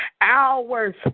hours